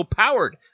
powered